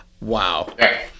Wow